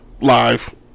Live